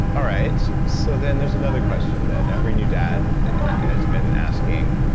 all right, so then there's another question, that every new dad has been asking,